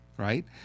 right